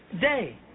day